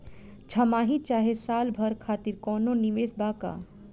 छमाही चाहे साल भर खातिर कौनों निवेश बा का?